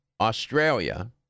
Australia